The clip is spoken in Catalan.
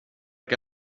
què